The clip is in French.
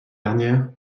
dernière